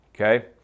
okay